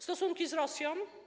Stosunki z Rosją?